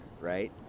right